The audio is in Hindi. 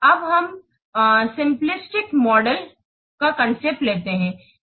अब हम सिम्प्लिस्टिक मॉडल का कांसेप्ट लेते हैं